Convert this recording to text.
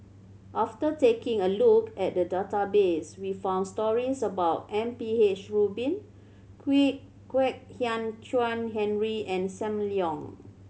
after taking a look at the database we found stories about M P H Rubin Kwek Hian Chuan Henry and Sam Leong